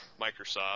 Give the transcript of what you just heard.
Microsoft